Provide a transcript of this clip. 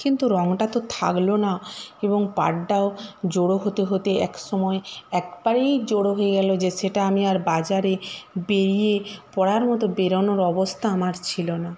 কিন্তু রঙটা তো থাকলো না এবং পাড়টাও জড়ো হতে হতে এক সময় একবারেই জড়ো হয়ে গেল যে সেটা আমি আর বাজারে বেরিয়ে পরার মতো বেরনোর অবস্থা আমার ছিল না